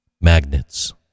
Magnets